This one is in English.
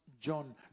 John